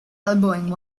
elbowing